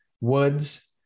Woods